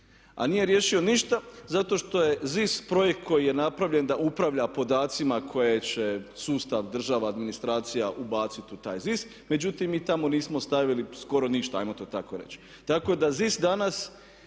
A nije riješio ništa zato što je ZIS projekt koji je napravljen da upravlja podacima koje će sustav, država, administracija ubaciti u taj ZIS, međutim, mi tamo nismo stavili skoro ništa ajmo to tako reći. Tako da ZIS danas